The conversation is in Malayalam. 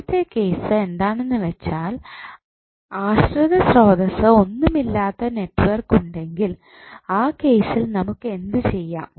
ആദ്യത്തെ കേസ് എന്താണെന്നുവെച്ചാൽ ആശ്രിത ശ്രോതസ്സ് ഒന്നുമില്ലാത്ത നെറ്റ്വർക്ക് ഉണ്ടെങ്കിൽ ആ കേസിൽ നമുക്ക് എന്ത് ചെയ്യാം